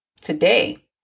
today